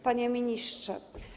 Panie Ministrze!